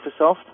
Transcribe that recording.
Microsoft